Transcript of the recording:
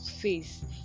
face